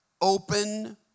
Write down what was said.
open